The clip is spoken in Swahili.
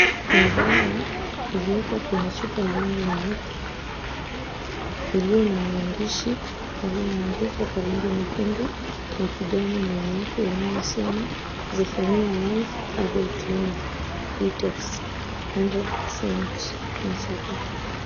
Kuna dawa iliyoko kwenye chupa ya rangi nyeupe iliyo na maandishi yaliyoandikwa kwa rangi nyekundu na kijani na nyeupe yanayosema, Zephania Life Herbal Clinic, Detox, 100% Natural.